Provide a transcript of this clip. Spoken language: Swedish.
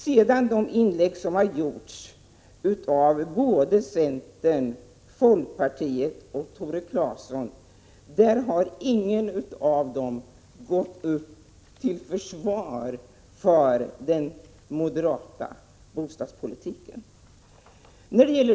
I de inlägg som gjorts från företrädare för centern, folkpartiet och vpk har heller ingen gått upp till försvar för den moderata bostadspolitiken.